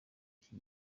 iki